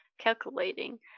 calculating